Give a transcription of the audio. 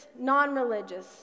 non-religious